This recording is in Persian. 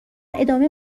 ادامه